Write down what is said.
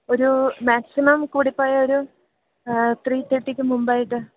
ഒരു മാക്സിമം കൂടിപ്പോയാൽ ഒരു ത്രീ തേട്ടിക്ക് മുമ്പായിട്ട്